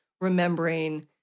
remembering